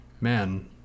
man